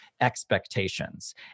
expectations